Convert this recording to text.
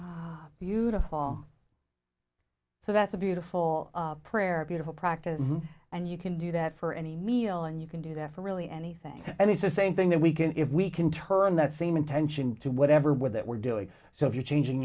beautiful so that's a beautiful prayer a beautiful practice and you can do that for any meal and you can do that for really anything and it's the same thing that we can if we can turn that same attention to whatever with it we're doing so if you're changing